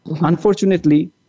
Unfortunately